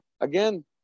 again